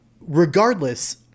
Regardless